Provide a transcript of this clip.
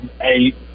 eight